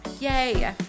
Yay